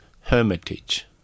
Hermitage